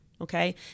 okay